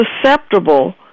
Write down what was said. susceptible